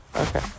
Okay